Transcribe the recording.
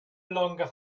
longer